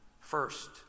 first